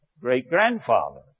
great-grandfather